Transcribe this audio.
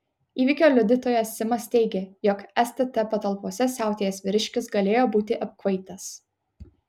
įvykio liudytojas simas teigė jog stt patalpose siautėjęs vyriškis galėjo būti apkvaitęs